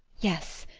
yes,